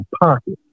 pocket